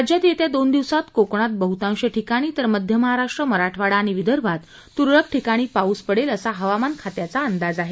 राज्यात येत्या दोन दिवसात कोकणात बहुतांश ठिकाणी तर मध्य महाराष्ट्र मराठवाडा आणि विदर्भात तुरळक ठिकाणी पाऊस पडेल असा हवामान खात्याचा अंदाज आहे